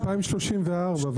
ב-2034.